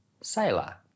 Sailor